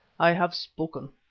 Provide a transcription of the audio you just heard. i have spoken.